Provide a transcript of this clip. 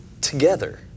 together